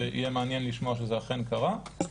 ויהיה מעניין לשמוע שזה אכן קרה.